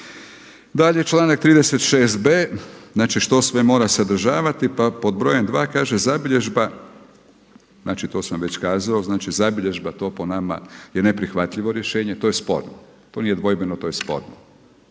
Dalje članak 36b. znači što sve mora sadržavati, pa pod brojem dva kaže : „Zabilježba“. Znači to sam već kazao, znači zabilježba to po nama je neprihvatljivo rješenje, to je sporno. To nije dvojbeno, to je sporno.